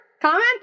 Comment